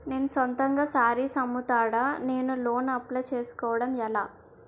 నేను సొంతంగా శారీస్ అమ్ముతాడ, నేను లోన్ అప్లయ్ చేసుకోవడం ఎలా?